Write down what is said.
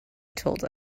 told